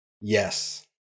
Yes